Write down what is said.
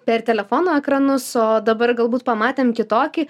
per telefonų ekranus o dabar galbūt pamatėm kitokį